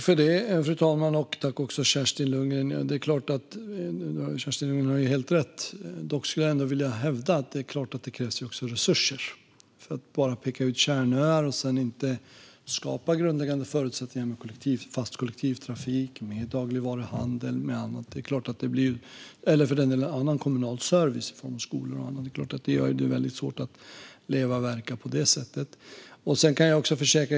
Fru talman! Det är klart att Kerstin Lundgren har helt rätt. Dock skulle jag vilja hävda att det också krävs resurser. Att bara peka ut kärnöar och sedan inte skapa grundläggande förutsättningar med fast kollektivtrafik, dagligvaruhandel och annat - eller för den delen kommunal service i form av skolor och annat - skulle självklart göra det väldigt svårt att leva och verka där.